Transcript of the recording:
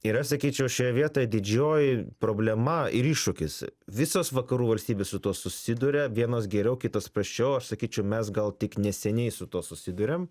ir aš sakyčiau šioje vietoj didžioji problema ir iššūkis visos vakarų valstybės su tuo susiduria vienos geriau kitos prasčiau aš sakyčiau mes gal tik neseniai su tuo susiduriam